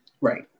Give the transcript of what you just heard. right